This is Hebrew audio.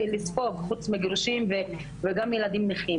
חוץ מגירושין וגם ילדים נכים